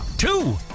Two